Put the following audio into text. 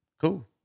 cool